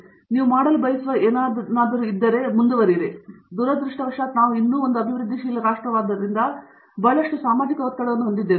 ಆದ್ದರಿಂದ ನೀವು ಮಾಡಲು ಬಯಸುವ ಯಾವುದೇ ದುರದೃಷ್ಟವಶಾತ್ ನಾವು ಇನ್ನೂ ಒಂದು ಅಭಿವೃದ್ಧಿಶೀಲ ರಾಷ್ಟ್ರವಾಗಿದ್ದರಿಂದ ಬಹಳಷ್ಟು ಸಾಮಾಜಿಕ ಒತ್ತಡವನ್ನು ಹೊಂದಿದ್ದೇವೆ